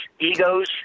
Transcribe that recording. egos